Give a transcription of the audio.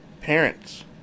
Parents